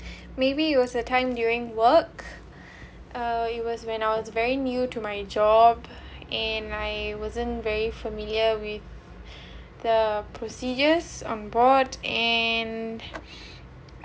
maybe it was a time during work uh it was when I was very new to my job and I wasn't very familiar with the procedures on board and